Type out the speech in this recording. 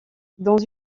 dans